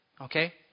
Okay